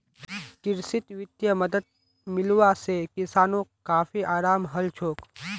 कृषित वित्तीय मदद मिलवा से किसानोंक काफी अराम हलछोक